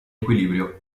equilibrio